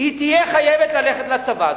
תהיה חייבת ללכת לצבא.